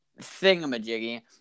thingamajiggy